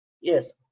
yes